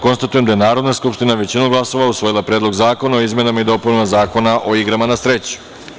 Konstatujem da je Narodna skupština većinom glasova usvojila Predlog zakona o izmenama i dopunama Zakona o igrama na sreću.